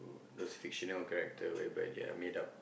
those fictional characters whereby they are made up